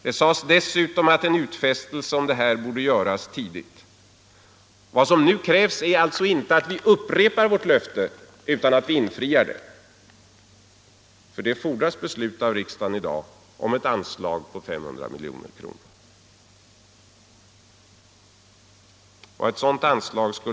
Det sades dessutom att en utfästelse om detta borde göras tidigt. Vad som nu krävs är således inte att vi upprepar vårt löfte utan att vi infriar det. Härför fordras beslut i dag av riksdagen om ett anslag på 500 miljoner kronor. Vad skulle ett sådant anslag betyda?